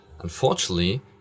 unfortunately